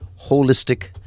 holistic